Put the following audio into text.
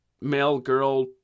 male-girl-